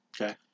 Okay